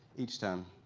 each time.